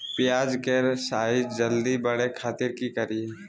प्याज के साइज जल्दी बड़े खातिर की करियय?